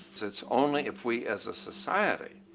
it's it's only if we, as a society,